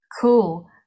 Cool